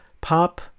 Pop